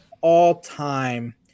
all-time